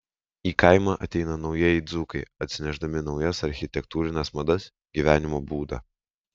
į kaimą ateina naujieji dzūkai atsinešdami naujas architektūrines madas gyvenimo būdą